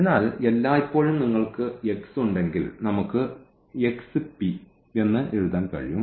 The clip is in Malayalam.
അതിനാൽ എല്ലായ്പ്പോഴും നിങ്ങൾക്ക് x ഉണ്ടെങ്കിൽ നമുക്ക് എന്ന് എഴുതാൻ കഴിയും